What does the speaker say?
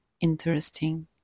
interesting